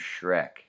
Shrek